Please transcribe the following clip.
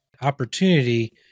opportunity